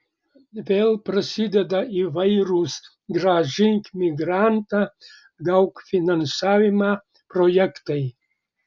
vėl prasideda įvairūs grąžink migrantą gauk finansavimą projektai